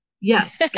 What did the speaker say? Yes